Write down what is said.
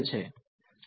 વિદ્યાર્થી